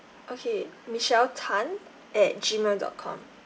okay michelle tan at gmail dot com